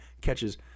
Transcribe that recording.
catches